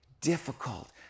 difficult